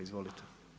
Izvolite.